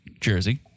Jersey